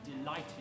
delighted